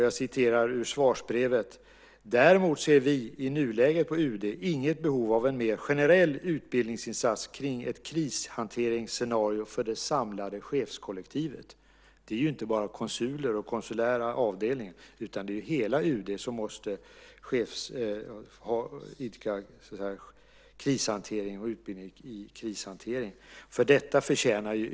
Jag citerar ur svarsbrevet: "Däremot ser vi i nuläget" - på UD - "inget behov av en mer generell utbildningsinsats kring ett krishanteringsscenario för det samlade chefskollektivet." Inte bara konsuler och konsulära avdelningar utan hela UD måste idka krishantering och utbildning i krishantering.